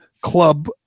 club